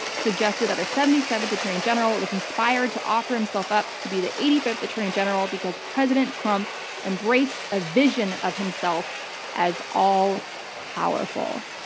suggested that the seventy seventh attorney general was inspired to offer himself up to be the eighty fifth attorney general because president trump embraced a vision of himself as all powerful.